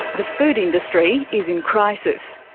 the food industry is in crisis.